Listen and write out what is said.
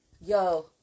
yo